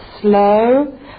slow